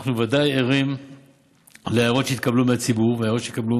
אנחנו ודאי ערים להערות שהתקבלו מהציבור ולהערות שהתקבלו